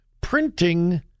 printing